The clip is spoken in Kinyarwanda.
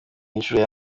inshuro